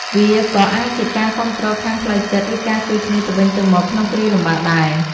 វាក៏អាចជាការគាំទ្រខាងផ្លូវចិត្ត ឬការជួយគ្នាទៅវិញទៅមកក្នុងគ្រាលំបាកដែរ។